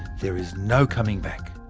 there is no coming back.